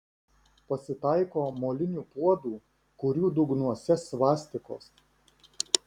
pasitaiko molinių puodų kurių dugnuose svastikos